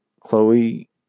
Chloe